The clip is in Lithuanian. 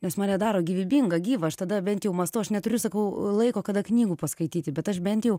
nes mane daro gyvybingą gyvą aš tada bent jau mąstau aš neturiu sakau laiko kada knygų paskaityti bet aš bent jau